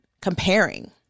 comparing